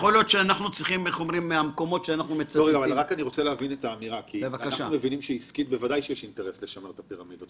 אנחנו מבינים שעסקית ודאי שיש אינטרס לשמר פירמידות,